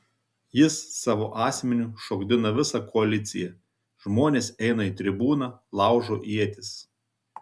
jis savo asmeniu šokdina visą koaliciją žmonės eina į tribūną laužo ietis